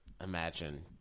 imagine